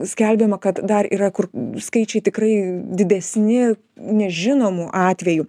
skelbiama kad dar yra kur skaičiai tikrai didesni nežinomų atvejų